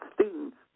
students